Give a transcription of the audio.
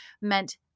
meant